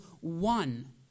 one